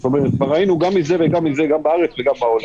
זה קורה גם בארץ וגם בעולם.